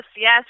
yes